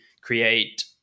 create